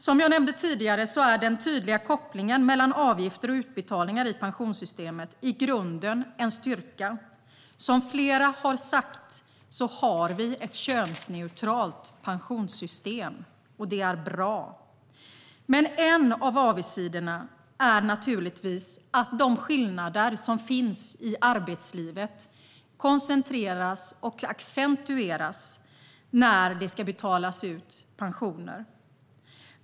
Som jag nämnde tidigare är den tydliga kopplingen mellan avgifter och utbetalningar i pensionssystemet i grunden en styrka. Som flera har sagt har vi ett könsneutralt pensionssystem, och det är bra. Men en av avigsidorna är naturligtvis att de skillnader som finns i arbetslivet koncentreras och accentueras när pensionerna ska betalas ut.